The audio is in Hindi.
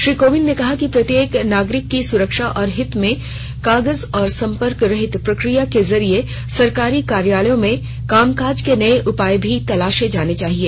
श्री कोविंद ने कहा कि प्रत्येक नागरिक की सुरक्षा और हित में कागज और संपर्क रहित प्रक्रिया के जरिए सरकारी कार्यालयों में कामकाज के नए उपाय भी तलाशे जाने चाहिए